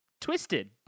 twisted